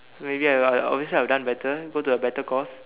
maybe I'll I'll obviously would have done better go to a better course